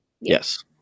Yes